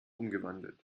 umgewandelt